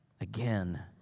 Again